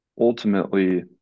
ultimately